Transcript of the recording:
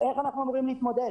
איך אנחנו אמורים להתמודד?